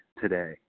today